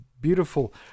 beautiful